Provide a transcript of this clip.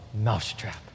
mousetrap